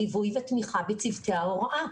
ליווי ותמיכה בצוותי ההוראה.